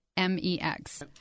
M-E-X